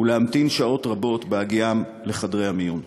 ולהמתין שעות רבות בהגיעם לחדרי המיון.